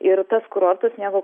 ir tas kurortas sniego